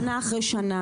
שנה אחרי שנה,